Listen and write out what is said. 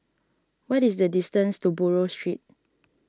what is the distance to Buroh Street